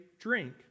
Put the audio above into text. drink